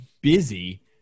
busy